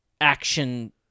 action